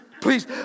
please